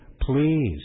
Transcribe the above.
please